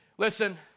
Listen